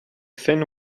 fin